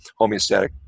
Homeostatic